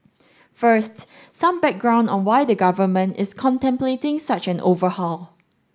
first some background on why the Government is contemplating such an overhaul